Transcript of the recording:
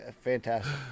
fantastic